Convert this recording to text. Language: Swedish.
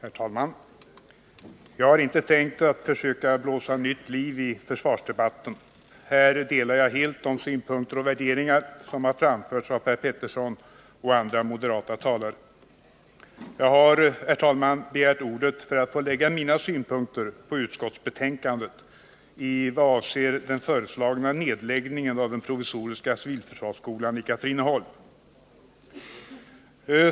Herr talman! Jag har inte tänkt försöka blåsa nytt liv i försvarsdebatten — här delar jag helt de synpunkter och värderingar som framförts av Per Petersson och andra moderata talare. Jag har begärt ordet för att få lägga mina synpunkter på utskottsbetänkandet i vad avser den föreslagna nedläggningen av den provisoriska civilförsvarsskolan i Katrineholm.